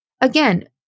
again